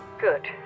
Good